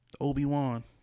Obi-Wan